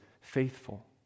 faithful